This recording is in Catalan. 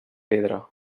pedra